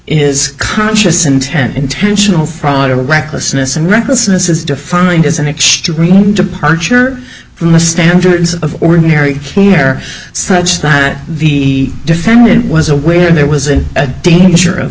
is conscious intent intentional fraud or recklessness and recklessness is defined as an extreme departure from the standards of ordinary there such that the defendant was aware there was in danger of